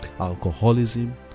alcoholism